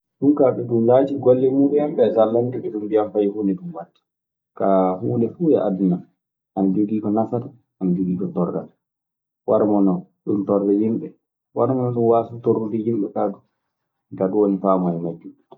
Ɗun kaa, ɓe ɗun laatii golle muuɗun en ɓee, so a landike ɓe, ɓe ,mbiyan fay huunde ɗun waɗtaa. Kaa, huunde fuu e aduna ana jogii ko nafata ana jogii ko torlata